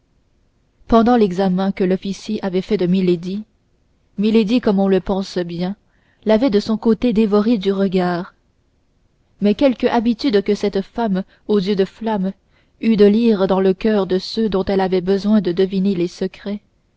pendant l'examen que l'officier avait fait de milady milady comme on le pense bien l'avait de son côté dévoré du regard mais quelque habitude que cette femme aux yeux de flamme eût de lire dans le coeur de ceux dont elle avait besoin de deviner les secrets